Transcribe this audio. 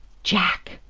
jack!